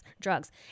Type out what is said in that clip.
drugs